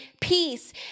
peace